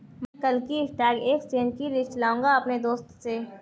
मै कल की stock exchange की लिस्ट लाऊंगा अपने दोस्त से